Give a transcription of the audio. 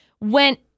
Went